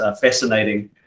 fascinating